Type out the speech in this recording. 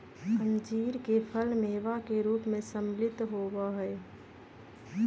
अंजीर के फल मेवा के रूप में सम्मिलित होबा हई